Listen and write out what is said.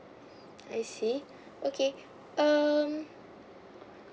I see okay um